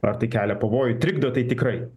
ar tai kelia pavojų trikdo tai tikrai